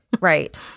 Right